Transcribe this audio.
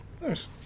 nice